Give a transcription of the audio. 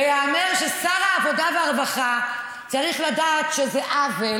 וייאמר ששר העבודה והרווחה צריך לדעת שזה עוול,